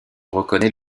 reconnaît